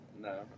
No